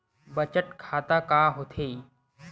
बचत खाता का होथे?